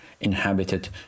inhabited